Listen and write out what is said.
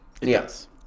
Yes